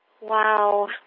Wow